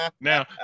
Now